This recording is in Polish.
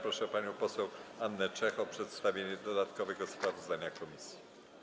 Proszę panią poseł Annę Czech o przedstawienie dodatkowego sprawozdania komisji.